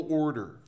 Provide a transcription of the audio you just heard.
order